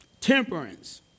temperance